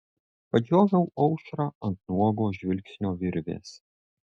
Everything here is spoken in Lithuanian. padžioviau aušrą ant nuogo žvilgsnio virvės